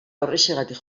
horrexegatik